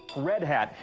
red hat,